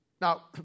Now